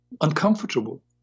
uncomfortable